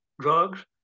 drugs